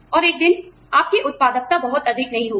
और एक दिन आप जानते हैं आपकी उत्पादकता बहुत अधिक नहीं होगी